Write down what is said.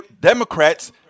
Democrats